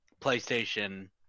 PlayStation